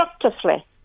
constructively